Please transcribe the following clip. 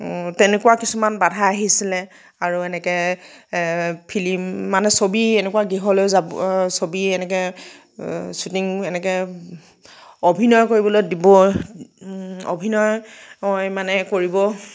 তেনেকুৱা কিছুমান বাধা আহিছিলে আৰু এনেকৈ এ ফ্লিম মানে ছবি এনেকুৱা গৃহলৈ যাব ছবি এনেকৈ শ্বুটিং এনেকৈ অভিনয় কৰিবলৈ দিব অভিনয় মানে কৰিব